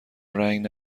رنگ